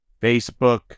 Facebook